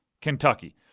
Kentucky